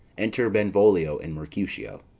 enter benvolio and mercutio.